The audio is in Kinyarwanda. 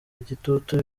igitutu